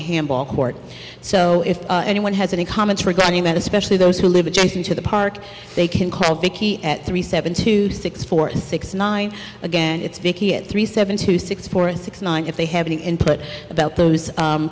handball court so if anyone has any comments regarding that especially those who live in tents into the park they can call vicky at three seven two six four six nine again it's vicki at three seven to six point six nine if they have any input about those